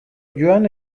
joan